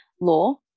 law